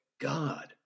God